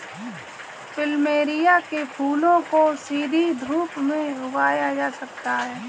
plumeria के फूलों को सीधी धूप में उगाया जा सकता है